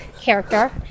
character